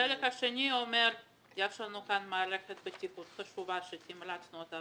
החלק השני אומר שיש לנו כאן מערכת בטיחות חשובה שתמרצנו אותה